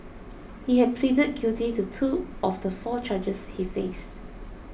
he had pleaded guilty to two of the four charges he faced